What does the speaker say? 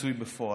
לריצוי בפועל".